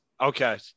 Okay